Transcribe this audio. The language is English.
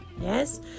Yes